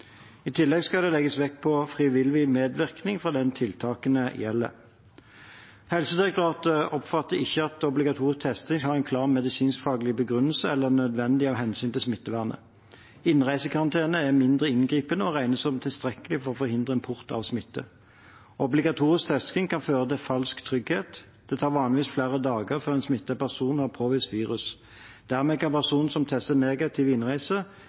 I tillegg skal det legges vekt på frivillig medvirkning fra den tiltakene gjelder. Helsedirektoratet oppfatter ikke at obligatorisk testing har en klar medisinskfaglig begrunnelse eller er nødvendig av hensyn til smittevernet. Innreisekarantene er mindre inngripende og regnes som tilstrekkelig for å forhindre import av smitte. Obligatorisk testing kan føre til falsk trygghet. Det tar vanligvis flere dager før en smittet person har påvisbart virus. Dermed kan personer som tester negativt ved innreise,